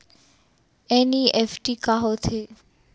NEFT का होथे?